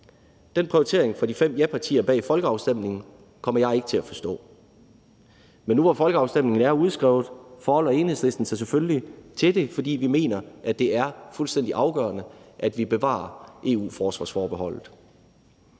Den prioritering fra de fem japartier bag folkeafstemningen kommer jeg ikke til at forstå. Men nu, hvor folkeafstemningen er udskrevet, forholder Enhedslisten sig selvfølgelig til det, fordi vi mener, det er fuldstændig afgørende, at vi bevarer EU-forsvarsforbeholdet.